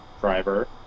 driver